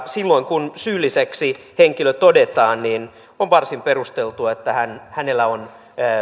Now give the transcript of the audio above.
silloin kun syylliseksi henkilö todetaan niin on varsin perusteltua että hänellä on